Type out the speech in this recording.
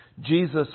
Jesus